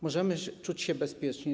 Możemy czuć się bezpiecznie?